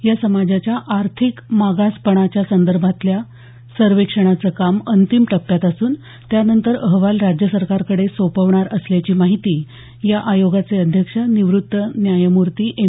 या समाजाच्या आर्थिक मागास पणाच्या संदर्भातल्या सर्वेक्षणाचं काम अंतिम टप्प्यात असून त्यानंतर अहवाल राज्यसरकारकडे सोपवणार असल्याची माहिती या आयोगाचे अध्यक्ष निवृत्त न्यायमूर्ती एम